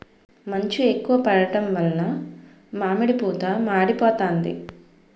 మంచు ఎక్కువ పడడం వలన మామిడి పూత మాడిపోతాంది